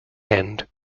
end